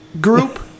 group